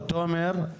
תומר,